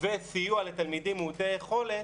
וסיוע לתלמידים מעוטי יכולת,